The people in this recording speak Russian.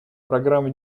программа